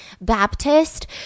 Baptist